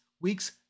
week's